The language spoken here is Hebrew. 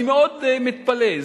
אני מאוד מתפלא.